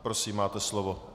Prosím, máte slovo.